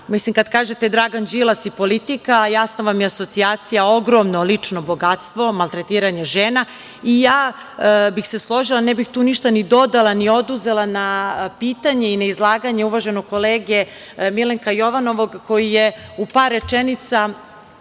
politika? Kada kažete Dragan Đilas i politika, jasna vam je asocijacija – ogromno lično bogatstvo, maltretiranje žena. Složila bih se, ne bih tu ništa ni dodala, ni oduzela na pitanje i na izlaganje uvaženog kolege Milenka Jovanovog, koji je u par rečenica,